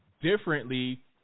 differently